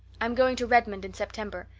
i'm going to redmond in september.